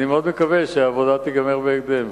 אני מאוד מקווה שהעבודה תיגמר בהקדם.